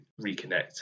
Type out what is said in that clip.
reconnect